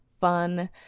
fun